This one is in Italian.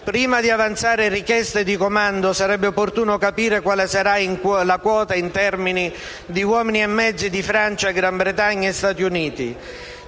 Prima di avanzare richieste di comando, sarebbe opportuno capire quale sarà la quota in termini di uomini e mezzi di Francia, Gran Bretagna e Stati Uniti,